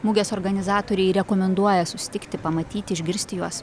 mugės organizatoriai rekomenduoja susitikti pamatyti išgirsti juos